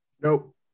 Nope